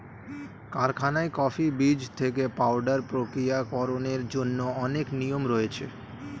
কারখানায় কফি বীজ থেকে পাউডার প্রক্রিয়াকরণের জন্য অনেক নিয়ম রয়েছে